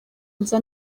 nza